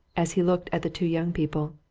as he looked at the two young people.